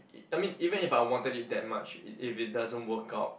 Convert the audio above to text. I mean even if I wanted it that much if if it doesn't work out